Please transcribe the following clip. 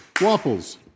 Waffles